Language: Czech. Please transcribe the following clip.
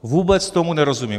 Vůbec tomu nerozumím.